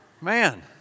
Man